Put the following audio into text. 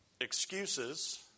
excuses